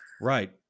Right